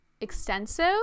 extensive